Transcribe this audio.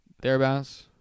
thereabouts